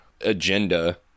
agenda